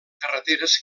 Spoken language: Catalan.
carreteres